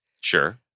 Sure